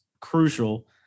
crucial